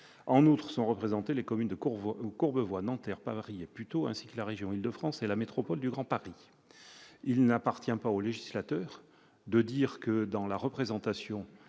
En outre, sont représentées les communes de Courbevoie, Nanterre, Paris et Puteaux, ainsi que la région d'Île-de-France et la métropole du Grand Paris. » Il n'appartient pas au législateur de préciser le nombre